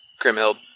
Grimhild